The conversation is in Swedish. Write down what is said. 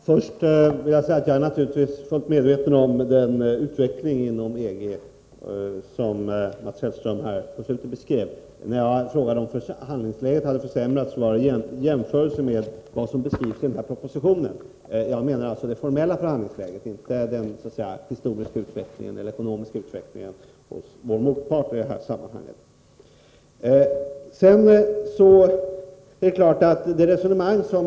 Herr talman! Jag är naturligtvis fullt medveten om den utveckling inom EG som Mats Hellström redogjorde för i slutet av sitt inlägg nyss. Jag har frågat om förhandlingsläget har försämrats. Min fråga föranleddes av vad som sägs i propositionen. Jag avser alltså det formella förhandlingsläget, inte den historiska utvecklingen eller den ekonomiska utvecklingen när det gäller vår motpart i det här sammanhanget.